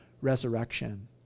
resurrection